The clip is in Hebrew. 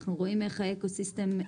אנחנו רואים איך האקו סיסטם,